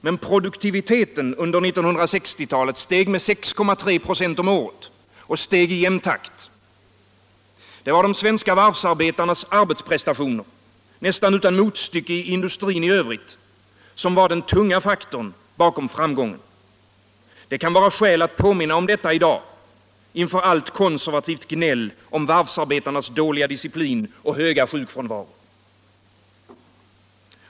Men produktiviteten under 1960 talet steg med 6,3 96 om året, och den steg i jämn takt. Det var de svenska varvsarbetarnas arbetsprestationer, nästan utan motstycke i industrin i övrigt, som var den tunga faktorn bakom framgången. Det kan vara skäl att påminna om detta inför allt konservativt gnäll i dag om varvsarbetarnas dåliga disciplin och höga sjukfrånvaro.